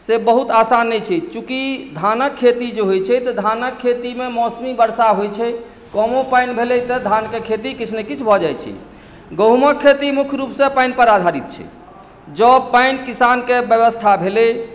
से बहुत आसान नहि छै चूँकि धानक खेती जे होइत छै तऽ धानक खेतीमे मौसमी वर्षा होइत छै कमो पानि भेलै तऽ धानक खेती किछु ने किछु भऽ जाइत छै गहूँमक खेती मुख्य रूपसँ पानिपर आधारित छै जँऽ पानि किसानके व्यवस्था भेलै